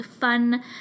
fun